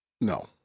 No